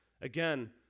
Again